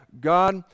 God